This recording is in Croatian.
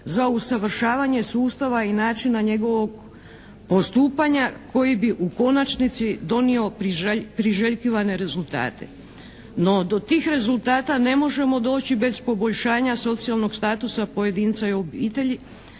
za usavršavanje sustava i načina njegovog postupanja koji bi u konačnici donio priželjkivane rezultate. No do tih rezultata ne možemo doći bez poboljšanja socijalnog statusa pojedinca i obitelji,